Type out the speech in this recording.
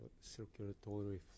circulatory